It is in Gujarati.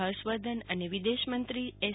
હર્ષવર્ધન અને વિદેશમંત્રી એસ